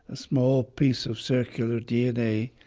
a small piece of circular dna,